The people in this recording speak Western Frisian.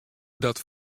dat